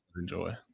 enjoy